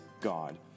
God